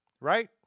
Right